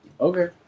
okay